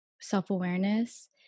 self-awareness